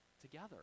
Together